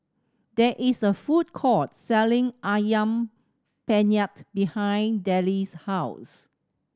there is a food court selling Ayam Penyet behind Delle's house